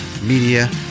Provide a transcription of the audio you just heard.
Media